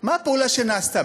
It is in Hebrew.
מה הפעולה שנעשתה?